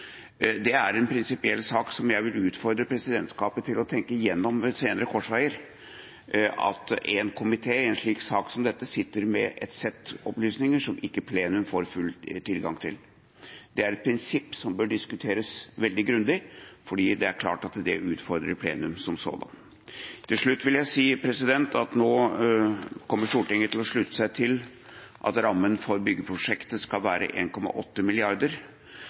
Det er en prinsipiell sak som jeg vil utfordre presidentskapet til å tenke igjennom ved senere korsveier, at én komité i en sak som dette sitter med et sett med opplysninger som ikke plenum får full tilgang til. Det er et prinsipp som bør diskuteres veldig grundig, for det er klart at det utfordrer plenum som sådan. Til slutt vil jeg si at Stortinget nå kommer til å slutte seg til at rammen for byggeprosjektet skal være